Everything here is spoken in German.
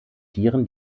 tieren